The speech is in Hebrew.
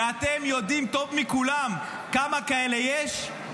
ואתם יודעים טוב מכולם כמה כאלה יש,